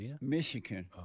Michigan